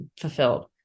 fulfilled